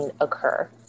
occur